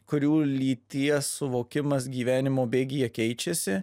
kurių lyties suvokimas gyvenimo bėgyje keičiasi